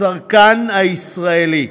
הצרכן הישראלי.